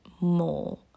more